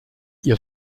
ihr